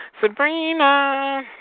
Sabrina